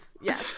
yes